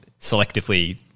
selectively